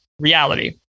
reality